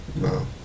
No